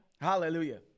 Hallelujah